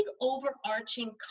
overarching